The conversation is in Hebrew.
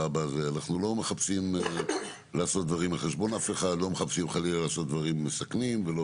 אנחנו לא מחפשים לעשות דברים מסכנים ולא לעשות דברים על חשבון אף אחד,